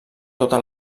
tota